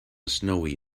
snowy